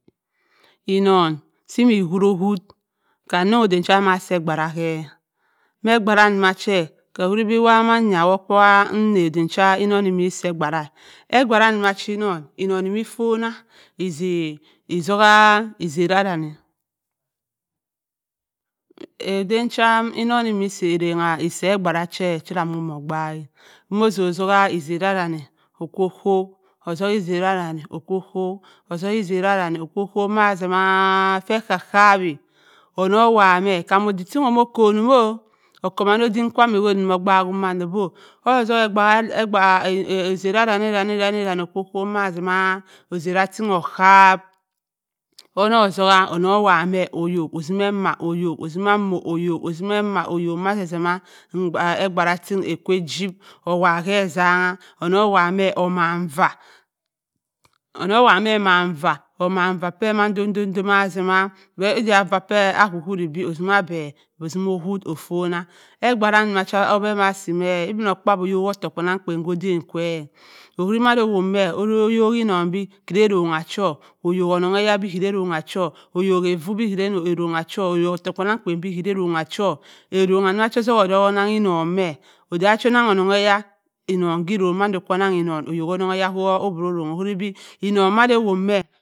Enonn simmi oworo-owobu nwn aden che be m’asi e bh-era me ebuera che, owuribi manyi nna aden cha ennon omo si ebuera. a, ebhera wa si enonn, ennon ama ofbha ezeh, ez-urbu ezara danni aden cha enonn eme sa arrangu o si ebh era che cherra mo modoaake omo zu zubua ezara danni okko-kwop, ozubui ezara danni okko-kwop ozubhi ezara danni okko-kwop ma-zi ma-aa fhe ka, bhawi onu owubha me kam odik ting omoh konum-oo okka manna odim kwaam awodomah be akpe-bum mamdo odo ozuzobui ezera danni danni okk kowp mazima ezera ting obuap ononng ozura, ononn owuwu me obhok, o’simmi ema obuok o’simma mo obuok osima ema obuok masima ebuera ting aka ajibu owobu me ezanng onu owobu me amman ua, awoobu me omman va-pe mando-do-do mazimauh, va pee abuo-owuri be ozime be ofonna ebuera cha be mu asi me ibinokpaadyi obuok ottoku me owuribi eyoma enonn be karra orronngh cho eyoma onnongh-e bi karri orrongu cho eyoma evu bi karra orrongh cho eyom ottoku kpannamkpen bi karra orronngu cho arronngu se otzubu nanni ennon me ebji ozu onnang onnonghe ennon kke ononng mando kwu onnang ennon onnonghe ko biro orronng owuridi ennon mando owobu me.